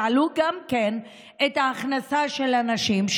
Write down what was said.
יעלו גם את ההכנסה של הנשים,